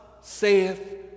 saith